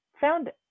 found